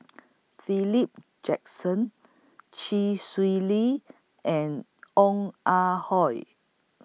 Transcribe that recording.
Philip Jackson Chee Swee Lee and Ong Ah Hoi